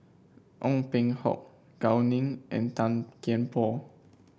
Ong Peng Hock Gao Ning and Tan Kian Por